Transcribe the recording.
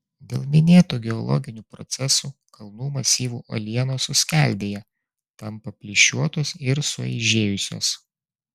dėl minėtų geologinių procesų kalnų masyvų uolienos suskeldėja tampa plyšiuotos ir sueižėjusios